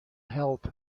health